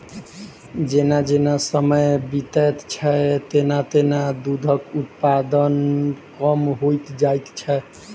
जेना जेना समय बीतैत छै, तेना तेना दूधक उत्पादन कम होइत जाइत छै